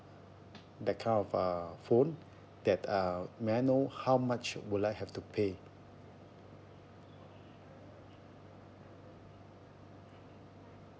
that kind of a phone that uh may I know how much will I have to pay